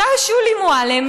אותה שולי מועלם,